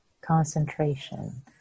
concentration